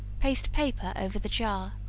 paste paper over the jar.